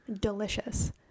delicious